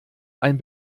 ein